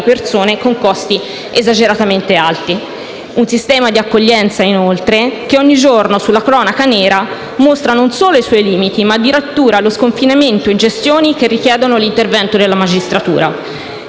persone, con costi esageratamente alti; un sistema di accoglienza, inoltre, che ogni giorno sulla cronaca nera mostra non solo i suoi limiti, ma addirittura lo sconfinamento in gestioni che richiedono l'intervento della magistratura.